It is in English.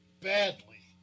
badly